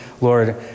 Lord